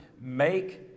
Make